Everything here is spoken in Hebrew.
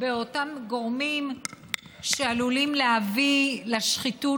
גורמים שעלולים להביא לשחיתות,